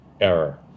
error